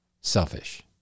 selfish